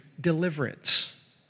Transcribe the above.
deliverance